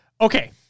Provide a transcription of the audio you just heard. Okay